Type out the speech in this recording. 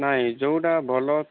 ନାହିଁ ଯେଉଁଟା ଭଲ